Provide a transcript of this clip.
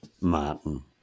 Martin